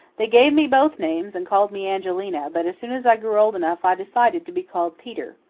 they gave me both names and called me angelina, but as soon as i grew old enough i decided to be called peter.